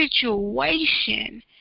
situation